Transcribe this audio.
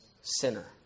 sinner